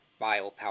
biopower